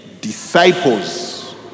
disciples